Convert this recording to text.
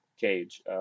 Cage